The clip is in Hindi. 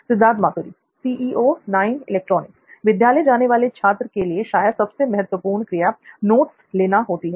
सिद्धार्थ मातुरी विद्यालय जाने वाले छात्र के लिए शायद सबसे महत्वपूर्ण क्रिया नोट्स लेना होती है